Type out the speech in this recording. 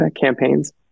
campaigns